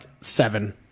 seven